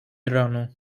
rano